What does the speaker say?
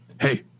Hey